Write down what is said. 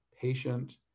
patient